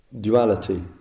duality